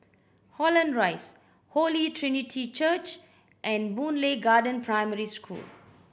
Holland Rise Holy Trinity Church and Boon Lay Garden Primary School